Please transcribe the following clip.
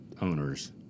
owners